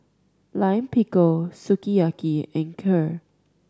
Lime Pickle Sukiyaki and Kheer